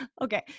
Okay